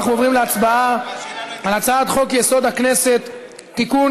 אנחנו עוברים להצבעה על הצעת חוק-יסוד: הכנסת (תיקון,